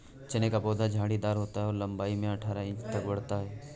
चने का पौधा झाड़ीदार होता है और लंबाई में अठारह इंच तक बढ़ता है